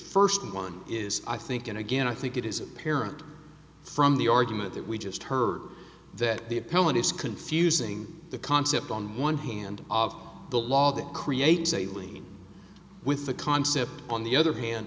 first one is i think and again i think it is apparent from the argument that we just heard that the appellant is confusing the concept on one hand of the law that creates a lean with the concept on the other hand